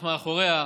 אך מאחוריה